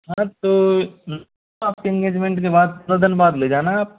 हाँ तो आप के इंगेजमेंट के बाद दो दिन बाद ले जाना आप